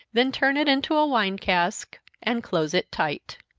then turn it into a wine cask, and close it tight.